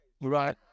Right